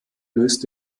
löst